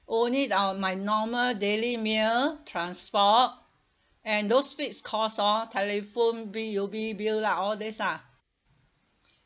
only on my normal daily meal transport and those fixed costs hor telephone bill U_B bill lah all this ah